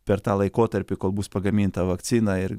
per tą laikotarpį kol bus pagaminta vakcina ir